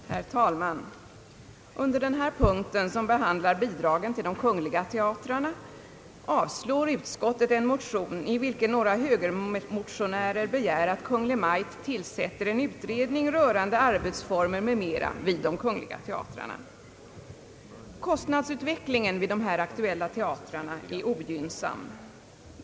Herr talman! Under denna punkt, som behandlar bidragen till de kungl. teatrarna, avstyrker utskottet en motion, i vilken några högermotionärer begär att Kungl. Maj:t tillsätter en utredning rörande arbetsformer m.m. vid de kungl. teatrarna. Kostnadsutvecklingen vid de här aktuella teatrarna är ogynnsam.